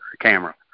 camera